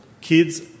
kids